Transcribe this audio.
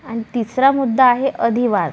आणि तिसरा मुद्दा आहे अधिवास